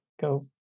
go